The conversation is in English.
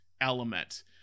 element